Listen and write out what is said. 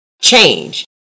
change